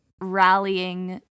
rallying